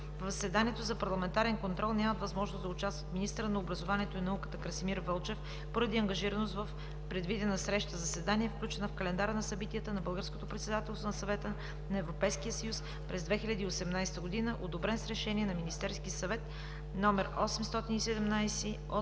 В заседанието за парламентарен контрол няма възможност да участва министърът на образованието и науката Красимир Вълчев поради ангажираност в предвидена среща – заседание, включена в Календара на събитията на Българското председателство на Съвета на Европейския съюз през 2018 г., одобрен с решение на Министерския съвет № 817 от